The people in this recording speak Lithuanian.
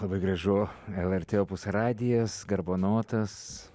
labai gražu lrt opus radijas garbanotas